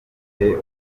uyu